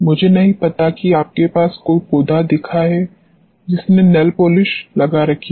मुझे नहीं पता कि आपने ऐसा कोई पौधा देखा है जिसने नेल पॉलिश लगा रखी हो